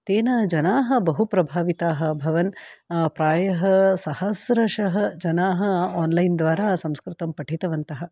तेन जनाः बहु प्रभाविताः अभवन् प्रायः सहस्रशः जनाः आन्लैन् द्वारा संस्कृतं पठितवन्तः